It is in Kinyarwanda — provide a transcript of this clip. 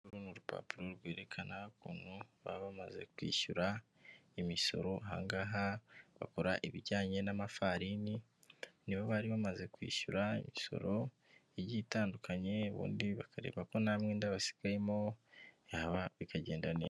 Uru ni urupapuro rwerekana ukuntu baba bamaze kwishyura imisoro, aha ngaha bakora ibijyanye n'amafarini, nibo bari bamaze kwishyura imisoro, igiye itandukanye, ubundi bakareba ko nta mwenda basigayemo yaba bikagenda neza.